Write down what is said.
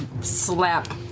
slap